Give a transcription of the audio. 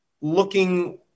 looking